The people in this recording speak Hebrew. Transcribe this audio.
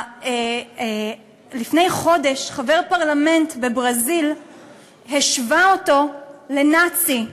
לפני חודש, חבר פרלמנט בברזיל השווה אותו לנאצי,